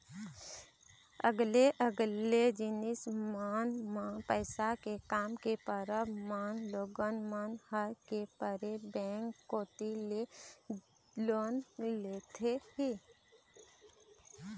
अलगे अलगे जिनिस मन म पइसा के काम के परब म लोगन मन ह के परे बेंक कोती ले लोन लेथे ही